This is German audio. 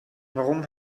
warum